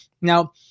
Now